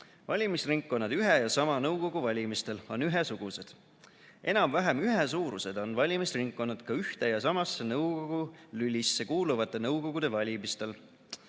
Valimisringkonnad ühe ja sama nõukogu valimistel on ühesugused. Enam-vähem ühesuurused on valimisringkonnad ka ühte ja samasse nõukogu lülisse kuuluvate nõukogude valimistel.